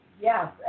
Yes